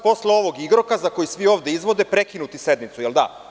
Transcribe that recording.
Posle ovog igrokaza, koji svi ovde izvode ćete prekinuti sednicu, jel da?